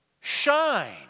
shine